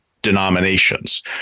Denominations